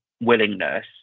willingness